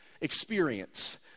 experience